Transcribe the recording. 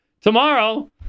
tomorrow